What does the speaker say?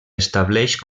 estableix